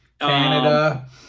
canada